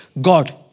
God